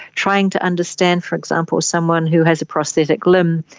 trying to understand, for example, someone who has a prosthetic limb,